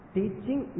Teaching